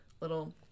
little